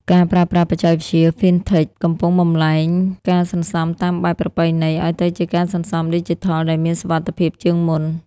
ការប្រើប្រាស់បច្ចេកវិទ្យា Fintech កំពុងបំលែងការសន្សំតាមបែបប្រពៃណីឱ្យទៅជាការសន្សំឌីជីថលដែលមានសុវត្ថិភាពជាងមុន។